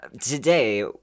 today